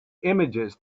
images